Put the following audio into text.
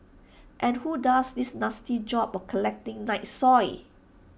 and who does this nasty job of collecting night soil